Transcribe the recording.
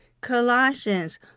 Colossians